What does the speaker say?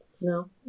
No